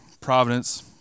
Providence